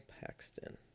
Paxton